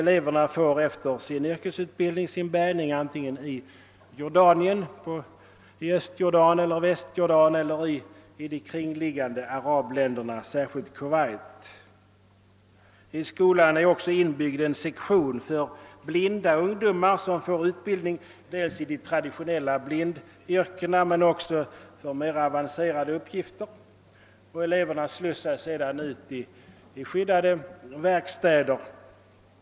Eleverna får efter yrkesutbildningen sin bärgning antingen i Jordanien eller i de kringliggande arabländerna, särskilt Kuwait. I skolan är också inbyggd en sektion för blinda ungdomar som får utbildning i dels de traditionella blindyrkena, dels också för mera avancerade uppgifter. Eleverna slussas ut i skyddade verkstäder.